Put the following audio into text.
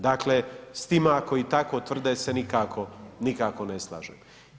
Dakle, s tima koji tako tvrde se nikako ne slažem.